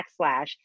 backslash